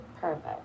Perfect